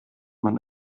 man